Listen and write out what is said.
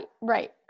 Right